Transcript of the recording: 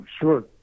sure